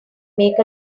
make